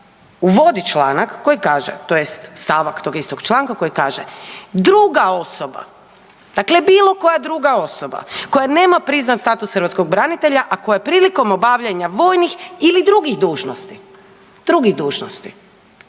uvodi članak koji kaže tj. stavak tog članka koji kaže, druga osoba, dakle bilo koja druga osoba koja nema priznat status hrvatskog branitelja a koja prilikom obavljanja vojnih ili drugih dužnosti,